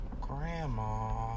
Grandma